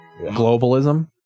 globalism